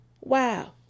Wow